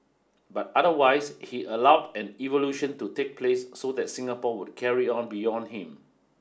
but otherwise he allowed an evolution to take place so that Singapore would carry on beyond him